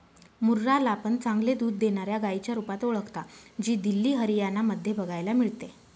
मुर्रा ला पण चांगले दूध देणाऱ्या गाईच्या रुपात ओळखता, जी दिल्ली, हरियाणा मध्ये बघायला मिळते